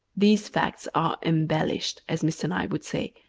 these facts are embellished, as mr. nye would say,